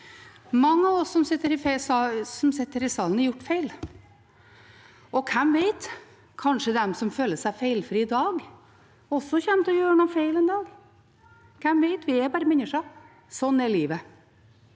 Mange av oss som sitter her i salen, har gjort feil. Hvem vet – kanskje de som føler seg feilfrie i dag, også kommer til å gjøre noen feil en dag? Hvem vet? Vi er bare mennesker. Slik er livet.